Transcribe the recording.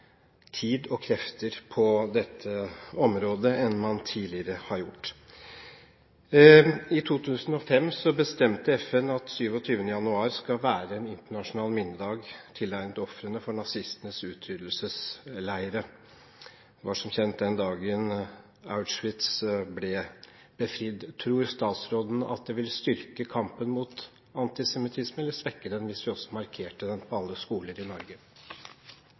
tid og krefter på dette området enn man tidligere har gjort. I 2005 bestemte FN at 27. januar skal være en internasjonal minnedag tilegnet ofrene for nazistenes utryddelsesleire. Det var som kjent den dagen Auschwitz ble befridd. Tror statsråden at det vil styrke kampen mot antisemittisme eller svekke den hvis vi også markerte den på alle skoler i Norge?